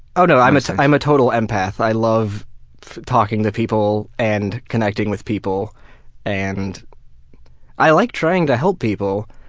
oh, no, i'm so i'm a total empath. i love talking to people and connecting with people and i like trying to help people.